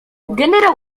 generał